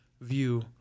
view